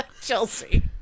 Chelsea